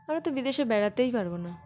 আমরা তো বিদেশে বেরোতেই পারব না